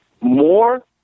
more